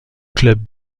club